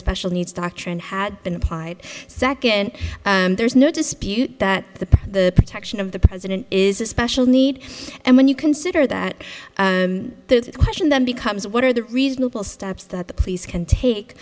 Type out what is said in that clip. special needs doctrine had been applied second and there's no dispute that the the protection of the president is a special need and when you consider that the question then becomes what are the reasonable steps that the police can